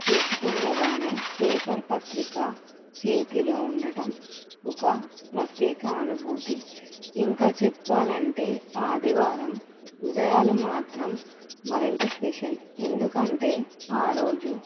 చూసుకుండగానే paper పత్రిక చేతిలో ఉండటం ఒక ప్రత్యేక అనుభూతి ఇంకా చెప్పాలంటే ఆదివారం ఉదయాలు మాత్రం మరింత స్పెషల్ ఎందుకంటే ఆ రోజు